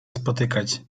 spotykać